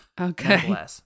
Okay